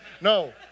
No